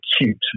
acute